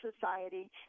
society